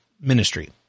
ministry